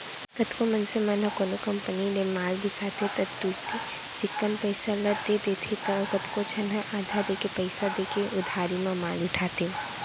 कतको मनसे मन ह कोनो कंपनी ले माल बिसाथे त तुरते चिक्कन पइसा ल दे देथे त कतको झन ह आधा देके पइसा देके उधारी म माल उठाथे